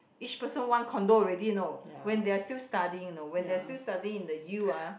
each person one condo already know when they are still studying you know when they are still studying in the U ah